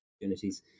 opportunities